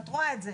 את רואה את זה,